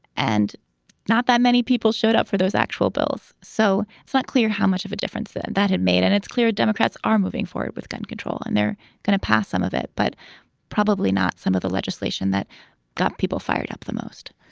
and not that many people showed up for those actual bills. so it's not clear how much of a difference that that had made. and it's clear democrats are moving forward with gun control and they're going to pass some of it, but probably not some of the legislation that got people fired up the most,